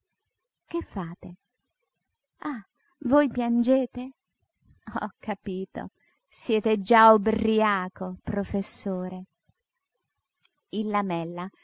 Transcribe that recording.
che fate ah voi piangete ho capito siete già ubriaco professore il lamella